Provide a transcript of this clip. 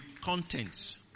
contents